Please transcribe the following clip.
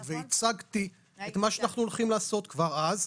והצגתי את מה שאנחנו הולכים לעשות כבר אז,